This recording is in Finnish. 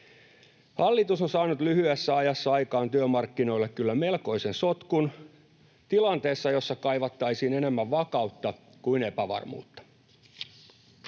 Hallitus on saanut lyhyessä ajassa aikaan työmarkkinoille kyllä melkoisen sotkun tilanteessa, jossa kaivattaisiin enemmän vakautta kuin epävarmuutta.